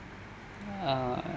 uh